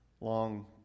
long